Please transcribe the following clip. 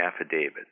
affidavit